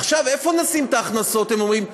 עכשיו, איפה נשים את ההכנסות, הם אומרים?